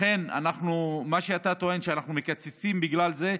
לכן, מה שאתה טוען שאנחנו מקצצים בגלל זה,